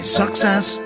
success